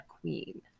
Queen